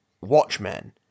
Watchmen